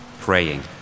Praying